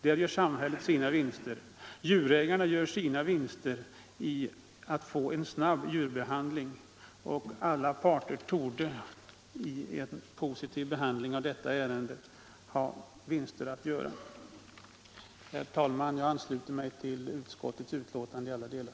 Där skulle samhället göra sina vinster. Djurägarna skulle göra sina vinster genom att få en snabb djurbehandling. Alla parter torde i en positiv behandling av detta ärende ha vinster att göra. Herr talman! Jag ansluter mig till utskottets betänkande i alla delar.